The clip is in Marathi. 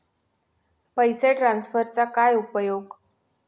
पैसे ट्रान्सफरचा काय उपयोग?